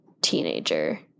teenager